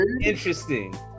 interesting